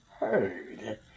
heard